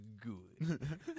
Good